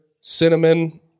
cinnamon